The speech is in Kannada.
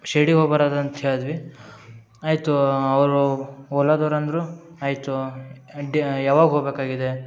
ಶಿರ್ಡಿಗೆ ಹೋಗಿ ಬರದಂತ್ ಹೇಳ್ದ್ವಿ ಆಯಿತು ಅವರು ಓಲದವ್ರು ಅಂದರು ಆಯಿತು ಅಡ್ಯಾ ಯಾವಾಗ ಹೋಗಬೇಕಾಗಿದೆ